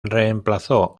reemplazó